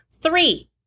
three